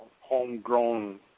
homegrown